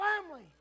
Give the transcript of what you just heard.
family